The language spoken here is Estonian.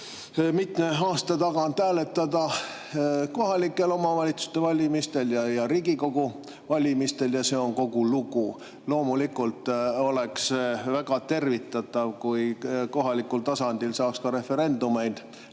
mitme aasta tagant hääletada kohalike omavalitsuste valimistel ja Riigikogu valimistel ning see on kogu lugu. Loomulikult oleks väga tervitatav, kui kohalikul tasandil saaks ka referendumeid